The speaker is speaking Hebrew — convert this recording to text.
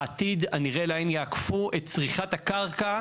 בעתיד הנראה לענין יעקפו את צריכת הקרקע.